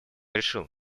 решил